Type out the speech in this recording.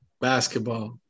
Basketball